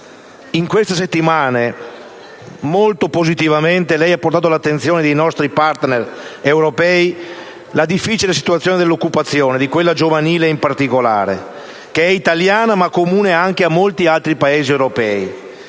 In queste settimane lei ha molto positivamente portato all'attenzione dei nostri *partner* europei la difficile situazione dell'occupazione, di quella giovanile in particolare, che è italiana ma comune anche a molti altri Paesi europei